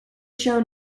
show